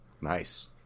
Nice